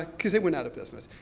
ah because it went out of business.